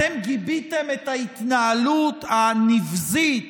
אתם גיביתם את ההתנהלות הנבזית,